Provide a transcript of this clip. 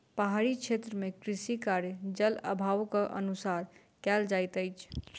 पहाड़ी क्षेत्र मे कृषि कार्य, जल अभावक अनुसार कयल जाइत अछि